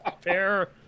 Fair